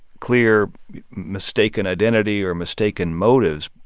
clear mistaken identity or mistaken motives.